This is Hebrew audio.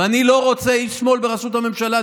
אני לא רוצה איש שמאל בראשות הממשלה.